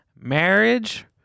Marriage